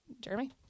Jeremy